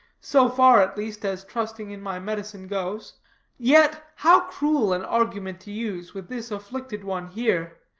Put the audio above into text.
so far, at least, as trusting in my medicine goes yet, how cruel an argument to use, with this afflicted one here.